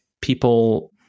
people